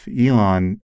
Elon